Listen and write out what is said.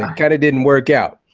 um kind of didn't work out,